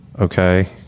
okay